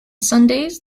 sundays